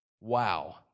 wow